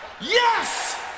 Yes